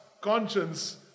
conscience